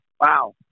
wow